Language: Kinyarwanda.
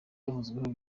yavuzweho